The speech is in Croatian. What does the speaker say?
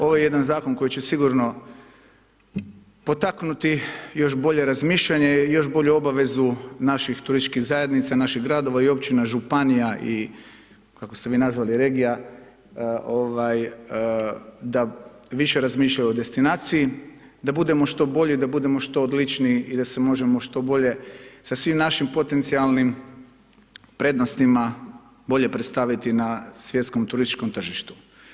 Ovo je jedan zakon koji će sigurno potaknuti još bolje razmišljanje, još bolju obavezu naših turističkih zajednica, naših gradova i općina, županija i, kako ste vi nazvali regija, ovaj, da više razmišljaju o destinaciji, da budemo što bolji, da budemo što odličniji i da se možemo što bolje sa svim našim potencijalnim prednostima bolje predstaviti na svjetskom turističkom tržištu.